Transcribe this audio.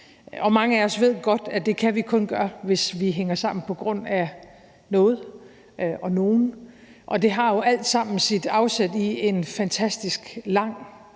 Mange af os ved godt, at det kan vi kun gøre, hvis vi hænger sammen på grund af noget og nogen, og det har jo alt sammen sit afsæt i en fantastisk lang